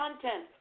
content